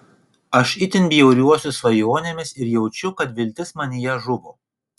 aš itin bjauriuosi svajonėmis ir jaučiu kad viltis manyje žuvo